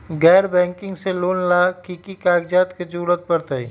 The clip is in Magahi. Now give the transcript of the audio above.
गैर बैंकिंग से लोन ला की की कागज के जरूरत पड़तै?